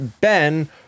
Ben